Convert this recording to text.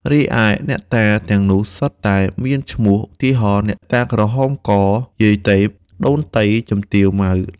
រីឯអ្នកតាទាំងនោះសុទ្ធតែមានឈ្មោះ ឧទាហរណ៍ អ្នកតាក្រហមក យាយទែព ដូនតី ជំទាវ ម៉ៅ។ល។